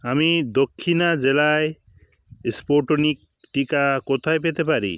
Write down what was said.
আমি দক্ষিণা জেলায় স্পুটনিক টিকা কোথায় পেতে পারি